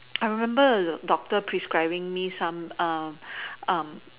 I remember the doctor prescribing me some